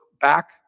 back